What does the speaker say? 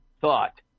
thought